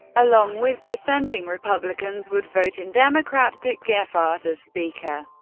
along with dissenting republicans, would vote in democrat dick gephardt as speaker.